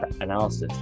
analysis